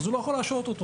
הוא לא יכול להשעות אותו.